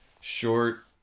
short